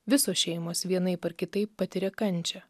visos šeimos vienaip ar kitaip patiria kančią